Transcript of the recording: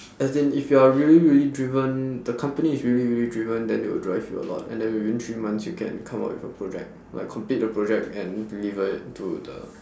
as in if you are really really driven the company is really really driven then they will drive you a lot and then within three months you can come up with a project like complete the project and deliver it to the